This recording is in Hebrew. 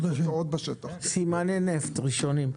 סימני נפט ראשונים.